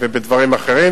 ובדברים אחרים,